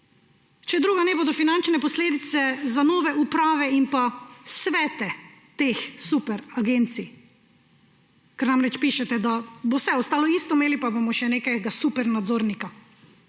če drugega ne, bodo finančne posledice za nove uprave in svete teh superagencij, ker namreč pišete, da bo vse ostalo isto, imeli pa bomo še nekaj: super nadzornika.